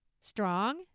strong